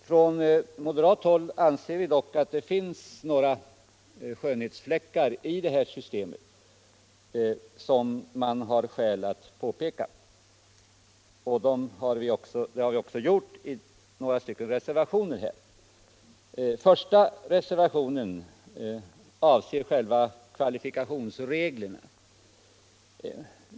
Från moderat håll anser vi dock att det finns några skönhetsfläckar i det här systemet som man har skäl att påpeka. Det har vi också gjort i några reservationer. Den första reservationen avser själva kvalifikationsreglerna.